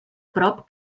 prop